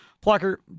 Plucker